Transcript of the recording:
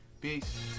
Peace